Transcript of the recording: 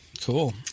Cool